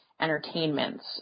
entertainments